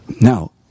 Now